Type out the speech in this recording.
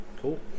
cool